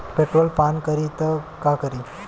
Petrol पान करी त का करी?